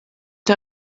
der